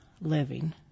living